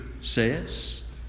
says